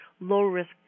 low-risk